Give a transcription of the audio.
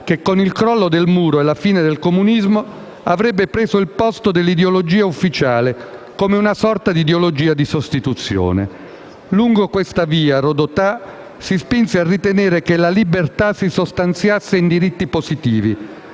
che, con il crollo del Muro e la fine del comunismo, si sarebbe candidato all'ideologia ufficiale della sinistra; una sorta di ideologia di sostituzione. Lungo questa via Rodotà si spinse a ritenere che la libertà si sostanziasse in diritti positivi,